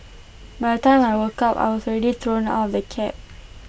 by time I woke up I was already thrown out of the cab